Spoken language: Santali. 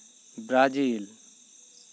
ᱵᱨᱟᱡᱤᱞ